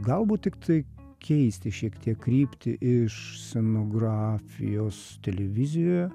galbūt tiktai keisti šiek tiek kryptį iš scenografijos televizijoje